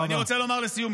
אני רוצה לומר לסיום,